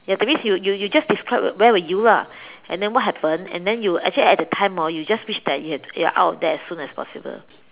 ya that means you you you just describe where were you lah and then what happened and then you actually at that time orh you just wish that you had you were out of there as soon as possible